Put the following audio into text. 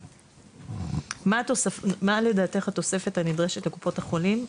מה לדעתך התוספת הנדרשת לקופות החולים?